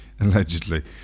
Allegedly